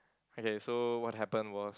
okay so what happen was